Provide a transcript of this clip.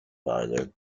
violin